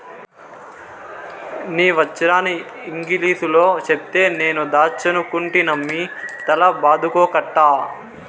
నీ వచ్చీరాని ఇంగిలీసులో చెప్తే నేను దాచ్చనుకుంటినమ్మి తల బాదుకోకట్టా